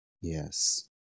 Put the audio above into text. Yes